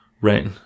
Right